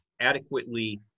adequately